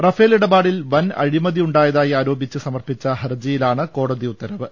Rafale ഇടപാടിൽ വൻ അഴിമതി ഉണ്ടായതായി ആരോപിച്ച് സമർപ്പിച്ച ഹർജിയിലാണ് കോടതി ഉത്തരവ്